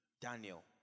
Daniel